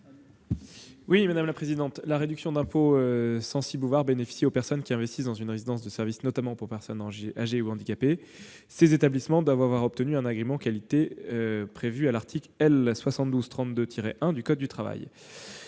du Gouvernement ? La réduction d'impôt Censi-Bouvard bénéficie aux personnes qui investissent dans une résidence de service, notamment pour personnes âgées, âgées ou handicapées. Ces établissements doivent avoir obtenu un agrément qualité prévue à l'article L. 7232-1 du code du travail.